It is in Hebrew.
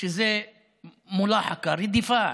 שזה (אומר בערבית: רדיפה),